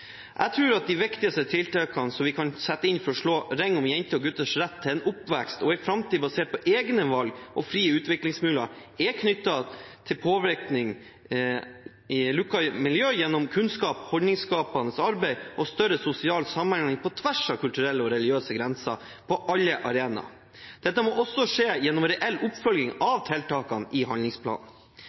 de viktigste tiltakene vi kan sette inn for å slå ring om jenter og gutters rett til en oppvekst og en framtid basert på egne valg og frie utviklingsmuligheter, er knyttet til påvirkning av lukkede miljøer gjennom kunnskap, holdningsskapende arbeid og større sosial samhandling på tvers av kulturelle og religiøse grenser på alle arenaer. Dette må også skje gjennom reell oppfølging av tiltakene i handlingsplanen.